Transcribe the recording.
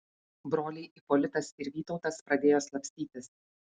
broliai ipolitas ir vytautas pradėjo slapstytis